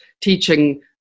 teaching